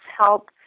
help